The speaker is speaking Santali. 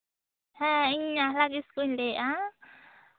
ᱦᱮᱸ ᱤᱧ ᱟᱦᱞᱟ ᱠᱤᱥᱠᱩᱧ ᱞᱟᱹᱭᱮᱫᱼᱟ